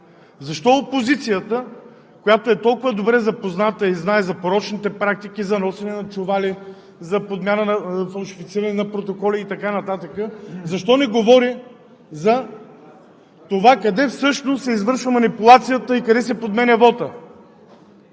Защо опозицията, която е толкова добре запозната и знае за порочните практики, за носенето на чували, за фалшифицирането на протоколи и така нататък, не говори за това къде всъщност се извършва манипулацията и къде се подменя вотът?!